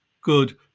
good